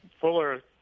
Fuller